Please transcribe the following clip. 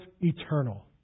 eternal